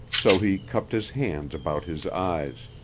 so he cupped his hands about his eyes.